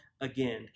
again